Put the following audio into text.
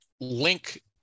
link